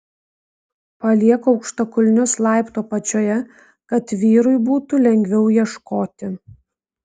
palieku aukštakulnius laiptų apačioje kad vyrui būtų lengviau ieškoti